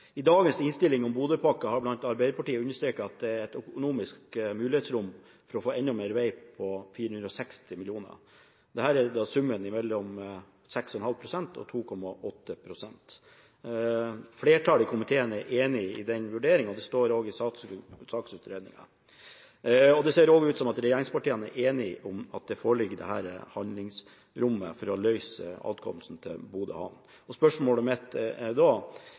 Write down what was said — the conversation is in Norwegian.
vei for 460 mill. kr. Dette er da summen mellom 6,5 pst. og 2,8 pst. Flertallet i komiteen er enig i den vurderingen, og det står også i saksutredningen. Det ser også ut som om regjeringspartiene er enige om det foreliggende handlingsrommet for å løse adkomsten til Bodø havn. Spørsmålene mine er da: Er